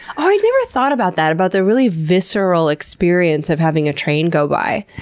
i never thought about that, about the really visceral experience of having a train go by.